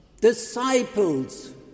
disciples